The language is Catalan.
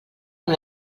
amb